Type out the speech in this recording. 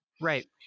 Right